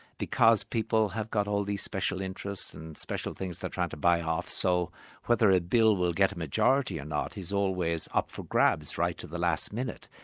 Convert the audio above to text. because people have got all these special interests, and special things they're trying to buy off. so whether a bill will get a majority or not is always up for grabs right till the last minute.